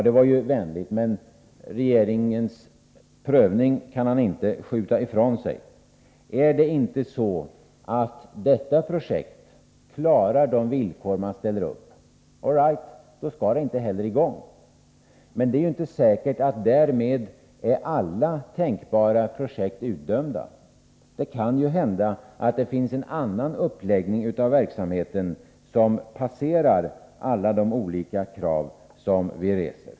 Det var vänligt, till privata daghem, men regeringens prövning kan han inte skjuta ifrån sig. Om detta projekt inte AR klarar de villkor som man ställer, all right, då skall det inte heller sättas i gång. Men det är inte säkert att alla tänkbara projekt därmed är utdömda. Det kan hända att det finns en annan uppläggning av verksamheten som passerar alla de olika krav som vi reser.